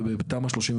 בתמ"א 38,